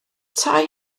tai